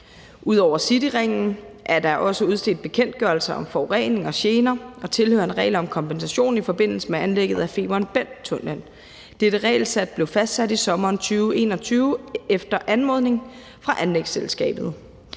Ud over Cityringen er der også udstedt bekendtgørelse om forurening og gener og tilhørende regler om kompensation i forbindelse med anlægget af Femern Bælt-tunnellen. Dette regelsæt blev fastsat i sommeren 2021 efter anmodning fra anlægsselskabet.